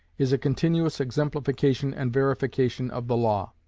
is a continuous exemplification and verification of the law.